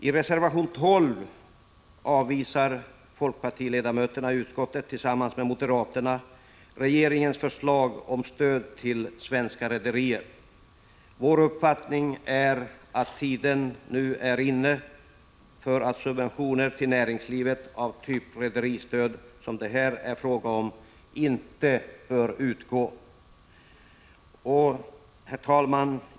I reservation 12 avvisar folkpartiledamöterna tillsammans med moderaterna i utskottet regeringens förslag om stöd till svenska rederier. Vår uppfattning är att tiden nu är inne för att subventioner till näringslivet av typen rederistöd, som det här är fråga om, inte bör utgå. Herr talman!